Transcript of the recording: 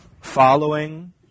following